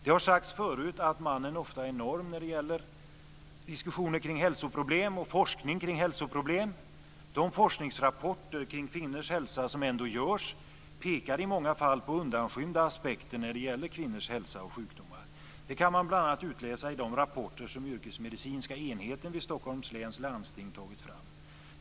Det har sagts förut att mannen ofta är norm när det gäller diskussioner kring hälsoproblem och forskning kring hälsoproblem. De forskningsrapporter kring kvinnors hälsa som ändå görs pekar i många fall på undanskymda aspekter när det gäller kvinnors hälsa och sjukdomar. Det kan man bl.a. utläsa i de rapporter som Yrkesmedicinska enheten vid Stockholms läns landsting tagit fram.